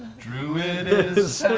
druid is